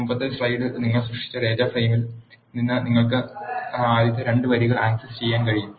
മുമ്പത്തെ സ്ലൈഡിൽ നിങ്ങൾ സൃഷ്ടിച്ച ഡാറ്റ ഫ്രെയിമിൽ നിന്ന് നിങ്ങൾക്ക് ആദ്യത്തെ 2 വരികൾ ആക്സസ് ചെയ്യാൻ കഴിയും